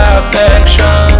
affection